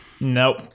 nope